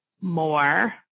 more